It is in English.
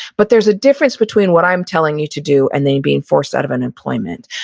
but there's a difference between what i'm telling you to do, and then being forced out of an employment.